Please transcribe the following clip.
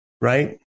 right